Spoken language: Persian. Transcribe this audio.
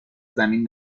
زمین